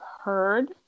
heard